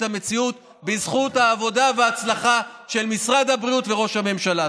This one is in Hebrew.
המציאות בזכות העבודה וההצלחה של משרד הבריאות ושל ראש הממשלה.